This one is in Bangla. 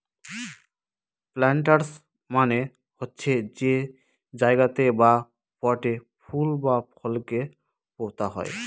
প্লান্টার্স মানে হচ্ছে যে জায়গাতে বা পটে ফুল বা ফলকে পোতা হয়